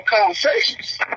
conversations